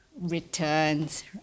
returns